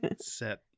Set